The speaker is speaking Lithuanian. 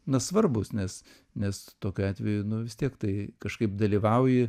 na svarbūs nes nes tokiu atveju vis tiek tai kažkaip dalyvauji